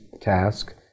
task